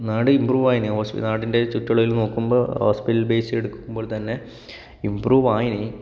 നാട് ഇംപ്രൂവായങ്ങി ഹോസ് നാടിന്റെ ചുറ്റും ഉള്ളതില് നോക്കുമ്പോൾ ഹോസ്പിറ്റൽ ബേസ് എടുക്കുമ്പോൾ തന്നെ ഇംപ്രൂവ് ആയിന്